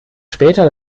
später